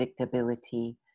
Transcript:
predictability